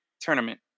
tournament